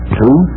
two